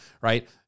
right